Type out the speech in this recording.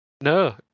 No